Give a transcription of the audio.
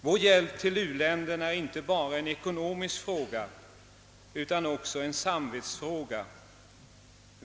Vår hjälp till u-länderna är inte bara en ekonomisk fråga, utan också en samvetsfråga.